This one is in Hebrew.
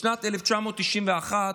בשנת 1991,